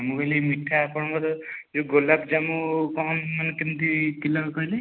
ମୁଁ କହିଲି ମିଠା ଆପଣଙ୍କର ଯେଉଁ ଗୋଲମଜାମୁ କ'ଣ ମାନେ କେମିତି କିଲୋ କହିଲେ